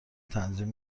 تنظیم